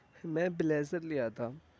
میں بلیزر لیا تھا